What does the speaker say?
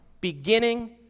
beginning